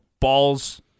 balls